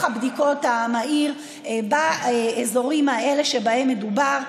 הבדיקות המהיר באזורים האלה שבהם מדובר.